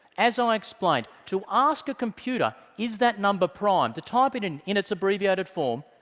as i explained, to ask a computer is that number prime? to type it in in its abbreviated form,